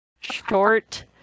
short